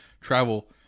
travel